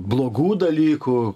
blogų dalykų